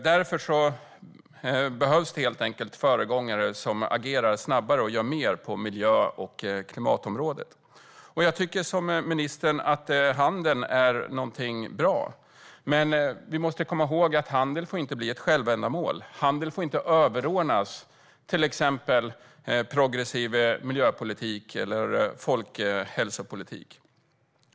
Därför behövs föregångare som agerar snabbare och gör mer på miljö och klimatområdet. Precis som ministern tycker jag att handel är någonting bra, men handeln får inte bli ett självändamål. Den får inte överordnas exempelvis progressiv miljöpolitik eller folkhälsopolitik.